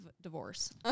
divorce